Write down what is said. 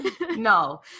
No